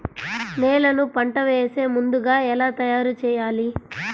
నేలను పంట వేసే ముందుగా ఎలా తయారుచేయాలి?